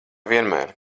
vienmēr